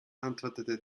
antwortete